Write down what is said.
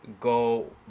go